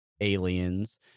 aliens